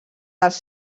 dels